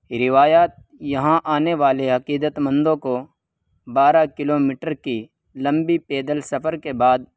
روایات یہاں آنے والے عقیدت مندوں کو بارہ کلو میٹر کی لمبی پیدل سفر کے بعد